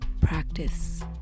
practice